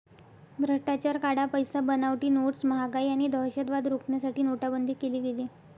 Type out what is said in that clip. भ्रष्टाचार, काळा पैसा, बनावटी नोट्स, महागाई आणि दहशतवाद रोखण्यासाठी नोटाबंदी केली गेली